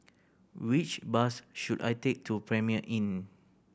which bus should I take to Premier Inn